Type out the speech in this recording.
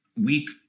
week